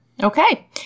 Okay